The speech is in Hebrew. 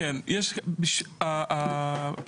אגב,